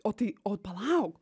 o tai o palauk